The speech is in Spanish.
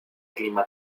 clima